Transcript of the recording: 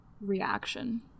reaction